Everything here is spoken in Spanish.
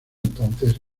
entonces